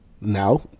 now